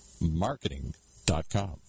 marketing.com